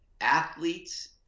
athletes